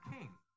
King